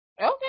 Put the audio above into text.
Okay